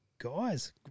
guys